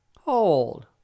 Hold